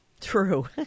True